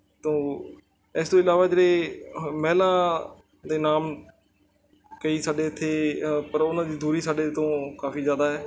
ਤਾਂ ਇਸ ਤੋਂ ਇਲਾਵਾ ਜਿਹੜੇ ਮਹਿਲਾਂ ਦੇ ਨਾਮ ਕਈ ਸਾਡੇ ਇੱਥੇ ਪਰ ਉਹਨਾਂ ਦੀ ਦੂਰੀ ਸਾਡੇ ਤੋਂ ਕਾਫੀ ਜ਼ਿਆਦਾ ਹੈ